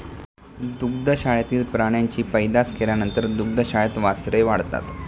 दुग्धशाळेतील प्राण्यांची पैदास केल्यानंतर दुग्धशाळेत वासरे वाढतात